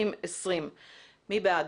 מי בעד?